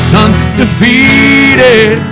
undefeated